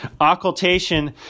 occultation